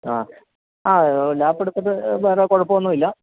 ആ ആ ലാപ്പെടുത്തിട്ട് വേറെ കുഴപ്പം ഒന്നും ഇല്ല